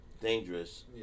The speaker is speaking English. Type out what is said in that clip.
dangerous